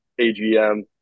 AGM